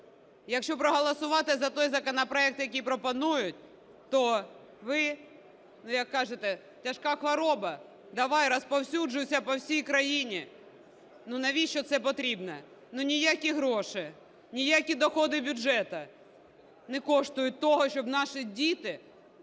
якщо проголосувати за той законопроект, який пропонують, то ви, як кажете, тяжка хвороба, давай розповсюджуйся по всій країні. Ну, навіщо це потрібно? Ну, ніякі гроші, ніякі доходи бюджету не коштують того, щоб наші діти